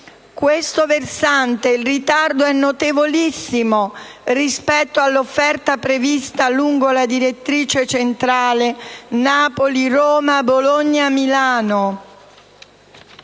questo versante il ritardo è notevolissimo rispetto all'offerta prevista lungo la direttrice centrale Napoli‑Roma‑Bologna‑Milano.